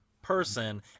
person